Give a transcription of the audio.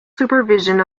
supervision